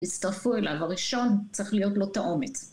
הצטרפו אליו, הראשון צריך להיות לו את האומץ